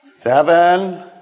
Seven